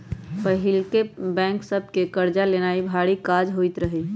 पहिके बैंक सभ से कर्जा लेनाइ भारी काज होइत रहइ